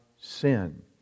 sin